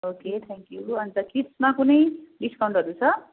okay thank you अन्त किड्समा कुनै डिस्काउन्टहरू छ